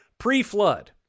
pre-flood